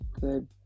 good